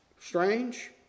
Strange